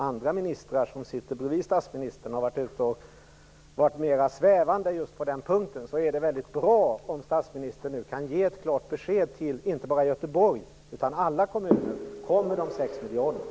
Andra ministrar har varit mer svävande just på den punkten. Det är väldigt bra om statsministern nu kan ge ett klart besked inte bara till Göteborg utan till alla kommuner. Kommer de 6 miljarderna?